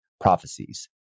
prophecies